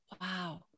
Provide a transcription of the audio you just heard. wow